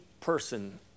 person